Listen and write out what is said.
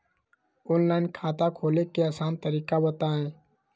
Online खाता खोले के आसान तरीका बताए?